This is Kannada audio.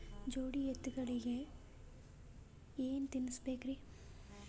ಜೋಡಿ ಎತ್ತಗಳಿಗಿ ಏನ ತಿನಸಬೇಕ್ರಿ?